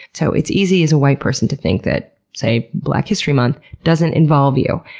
so it's easy as a white person to think that, say, black history month doesn't involve you.